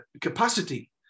capacity